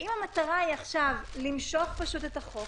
אם המטרה היא עכשיו למשוך פשוט את החוק,